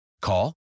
Call